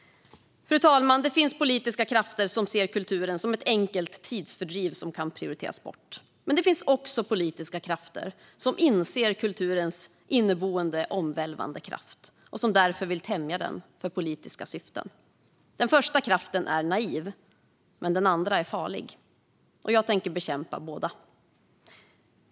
Fru talman! Det finns politiska krafter som ser kulturen som ett enkelt tidsfördriv som kan prioriteras bort. Men det finns också politiska krafter som inser kulturens inneboende omvälvande kraft och som därför vill tämja den för politiska syften. Den första kraften är naiv, men den andra är farlig. Jag tänker bekämpa båda.